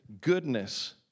goodness